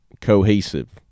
cohesive